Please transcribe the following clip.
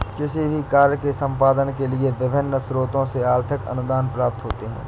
किसी भी कार्य के संपादन के लिए विभिन्न स्रोतों से आर्थिक अनुदान प्राप्त होते हैं